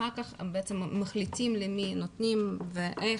אחר כך מחליטים למי נותנים ואיך,